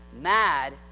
mad